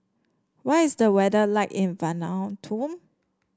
what is the weather like in Vanuatu